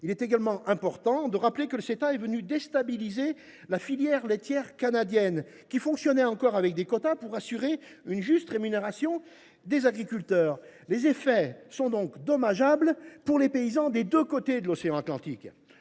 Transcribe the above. Il est également important de rappeler que le Ceta a déstabilisé la filière laitière canadienne, dont l’organisation reposait encore sur des quotas afin d’assurer une juste rémunération des agriculteurs. Les effets de cet accord sont donc dommageables pour les paysans des deux côtés de l’océan Atlantique.